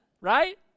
right